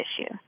issue